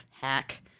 Hack